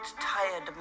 tired